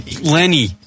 Lenny